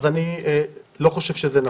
אני לא חושב שזה נכון.